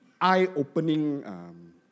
eye-opening